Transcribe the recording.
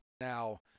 Now